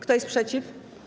Kto jest przeciw?